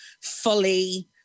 fully